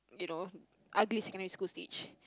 you know ugly secondary school stage